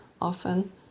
often